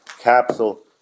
capsule